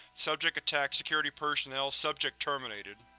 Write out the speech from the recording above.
subject attacked security personnel. subject terminated.